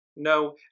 No